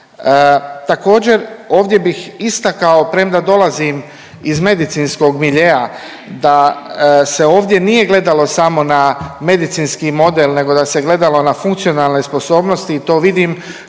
Također, ovdje bih istakao, premda dolazim iz medicinskog miljea, da se ovdje nije gledalo samo na medicinski model nego da se gledalo na funkcionalne sposobnosti i to vidim